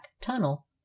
tunnel